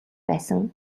байсан